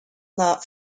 not